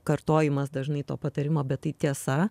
kartojimas dažnai to patarimo bet tai tiesa